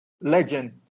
legend